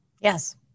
yes